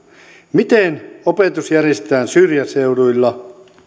miten opetus järjestetään syrjäseuduilla